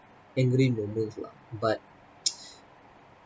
angry moments lah but